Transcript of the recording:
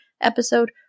episode